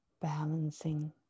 balancing